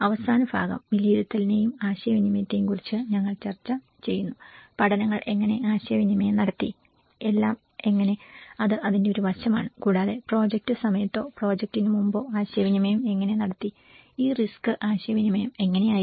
അവസാന ഭാഗം വിലയിരുത്തലിനെയും ആശയവിനിമയത്തെയും കുറിച്ച് ഞങ്ങൾ ചർച്ച ചെയ്യുന്നു പഠനങ്ങൾ എങ്ങനെ ആശയവിനിമയം നടത്തി എല്ലാം എങ്ങനെ അത് അതിന്റെ ഒരു വശമാണ് കൂടാതെ പ്രോജക്റ്റ് സമയത്തോ പ്രോജക്റ്റിന് മുമ്പോ ആശയവിനിമയം എങ്ങനെ നടത്തി ഈ റിസ്ക് ആശയവിനിമയം എങ്ങനെയായിരുന്നു